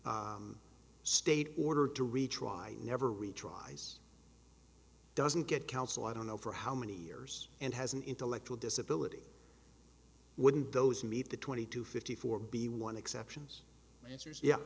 state order to retry never retries doesn't get counsel i don't know for how many years and has an intellectual disability wouldn't those meet the twenty two fifty four b one exceptions